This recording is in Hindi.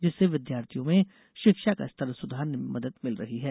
जिससे विद्यार्थियों में शिक्षा का स्तर सुधारने में मदद मिल रही है